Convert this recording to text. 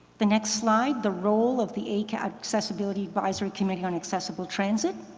the next slide, the role of the acat accessibility advisory committee on accessible transit.